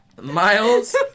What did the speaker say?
Miles